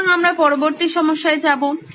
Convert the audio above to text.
সুতরাং আমরা পরবর্তী সমস্যায় যাবো